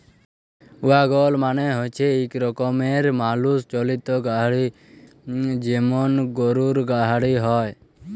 ওয়াগল মালে হচ্যে ইক রকমের মালুষ চালিত গাড়হি যেমল গরহুর গাড়হি হয়